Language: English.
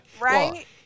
right